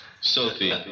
Sophie